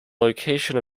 location